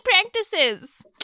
practices